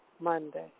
Monday